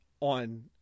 on